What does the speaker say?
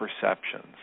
perceptions